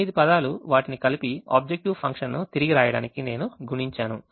9 పదాలు వాటిని కలిపి ఆబ్జెక్టివ్ ఫంక్షన్ను తిరిగి రాయడానికి నేను గుణించాను